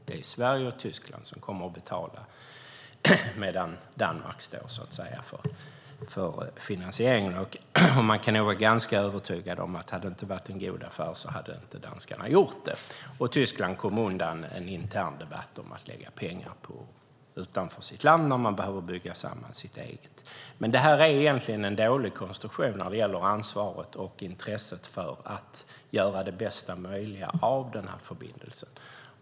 Det är Sverige och Tyskland som kommer att betala, medan Danmark står för finansieringen. Man kan vara ganska övertygad om att om det hela inte hade varit en god affär hade danskarna inte gått med på det. Tyskland kom undan en intern debatt om att lägga pengar på en investering utanför landet när man behöver bygga samman sitt eget. Detta är dock en dålig konstruktion när det gäller ansvaret för och intresset av att göra det bästa möjliga av förbindelsen.